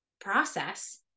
process